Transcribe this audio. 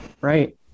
right